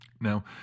Now